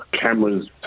cameras